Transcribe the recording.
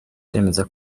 aremeza